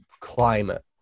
climate